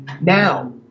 now